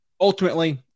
ultimately